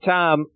Tom